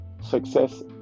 Success